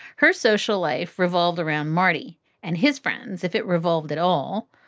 her social life revolved around marty and his friends. if it revolved at all,